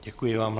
Děkuji vám.